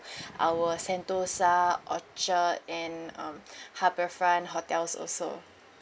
our sentosa orchard and um harbour front hotels also